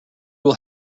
will